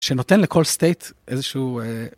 שנותן לכל סטייט איזה שהוא.